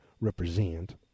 represent